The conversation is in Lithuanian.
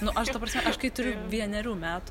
nu aš ta prasme aš kai turiu vienerių metų